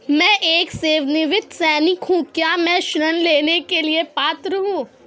मैं एक सेवानिवृत्त सैनिक हूँ क्या मैं ऋण लेने के लिए पात्र हूँ?